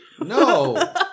No